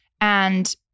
And-